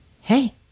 hey